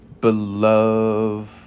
Beloved